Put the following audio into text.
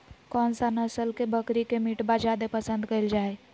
कौन सा नस्ल के बकरी के मीटबा जादे पसंद कइल जा हइ?